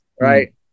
right